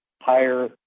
higher